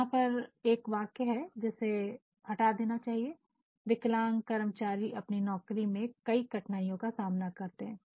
यहां पर एक वाक्य है इसे हटा देना चाहिए "विकलांग कर्मचारी अपनी नौकरी में कई कठिनाइयों का सामना करते हैं "